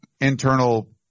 internal